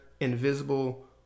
Invisible